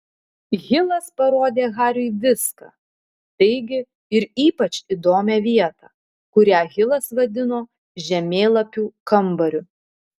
hilas parodė hariui viską taigi ir ypač įdomią vietą kurią hilas vadino žemėlapių kambariu